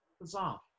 bizarre